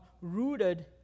rooted